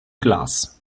glas